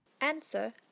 Answer